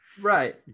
right